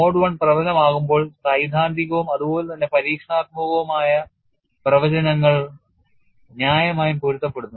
mode I പ്രബലമാകുമ്പോൾ സൈദ്ധാന്തികവും അതുപോലെ തന്നെ പരീക്ഷണാത്മക പ്രവചനങ്ങൾ ന്യായമായും പൊരുത്തപ്പെടുന്നു